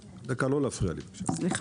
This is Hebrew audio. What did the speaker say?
לענייננו, רבותיי, עמדתי